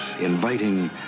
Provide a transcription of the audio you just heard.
inviting